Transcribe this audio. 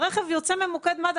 הרכב יוצא ממוקד מד"א,